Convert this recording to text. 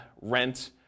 rent